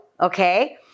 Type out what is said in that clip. Okay